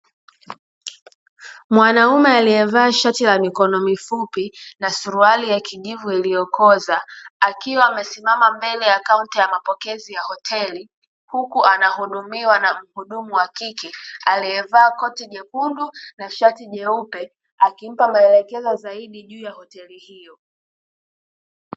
Mwanaume aliyevaa shati la mikono mifupi na suruali ya kijivu iliyokoza, akiwa amesimama mbele ya kaunta ya mapokezi ya hoteli, huku anahudumiwa na muhudumu wa kike aliyevaa koti jekundu na shati jeupe akimpa maelekezo zaidi juu ya hoteli hiyo.